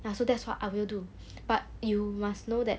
ya so that's what I will do but you must know that